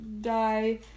die